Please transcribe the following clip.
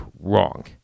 wrong